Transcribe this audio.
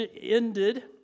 ended